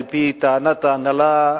על-פי טענת ההנהלה,